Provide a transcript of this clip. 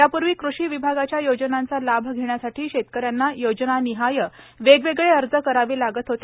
यापूर्वी कृषी विभागाच्या योजनांचा लाभ घेण्यासाठी शेतकऱ्यांना योजनानिहाय वेगवेगळे अर्ज करावे लागत होते